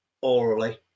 orally